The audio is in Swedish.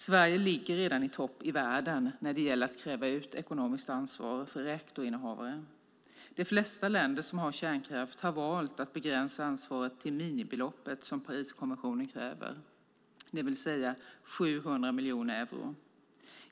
Sverige ligger redan i topp i världen när det gäller att kräva ut ekonomiskt ansvar för reaktorinnehavare. De flesta länder som har kärnkraft har valt att begränsa ansvaret till minimibeloppet som Pariskonventionen kräver, det vill säga 700 miljoner euro.